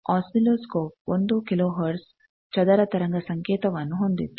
oscilloscope 1 kilo hertz ಚದರ ತರಂಗ ಸಂಕೇತವನ್ನು ಹೊಂದಿತ್ತು